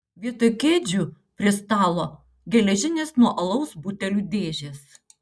vietoj kėdžių prie stalo geležinės nuo alaus butelių dėžės